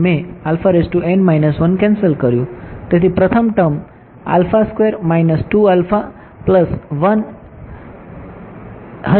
તેથી પ્રથમ ટર્મ હશે